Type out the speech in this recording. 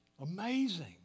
Amazing